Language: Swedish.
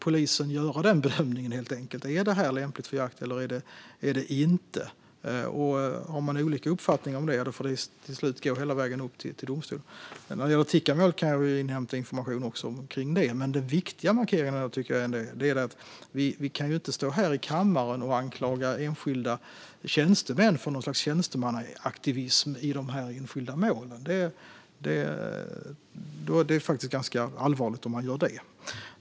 Polisen får då göra bedömningen om vapnet är lämpligt för jakt eller inte, och har man olika uppfattning får det i slutänden gå hela vägen upp till domstol. Vad gäller Tikkamålet kan jag inhämta information, men den viktiga markeringen är att vi inte kan stå i kammaren och anklaga enskilda tjänstemän för tjänstemannaaktivism i dessa enskilda mål. Att göra det är ganska allvarligt.